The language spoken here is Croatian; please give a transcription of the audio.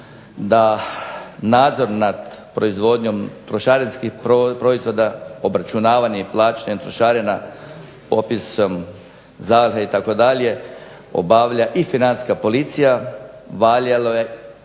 da nadzor nad proizvodnjom trošarinskih proizvoda, obračunavanje i plaćanje trošarina, popis zaliha itd. obavlja i Financijska policija. Valjalo je